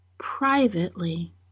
privately